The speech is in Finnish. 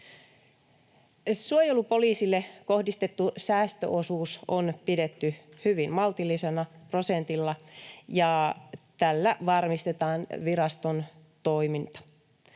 Suojelupoliisille kohdistettu säästöosuus on pidetty hyvin maltillisena, prosentissa, ja tällä varmistetaan viraston toiminta.